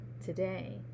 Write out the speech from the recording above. today